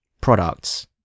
products